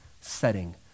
setting